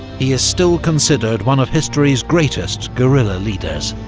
he is still considered one of history's greatest guerrilla leaders.